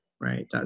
Right